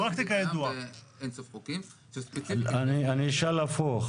אני אשאל הפוך.